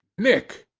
nick!